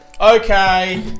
Okay